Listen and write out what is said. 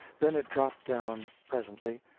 then it dropped down, presently,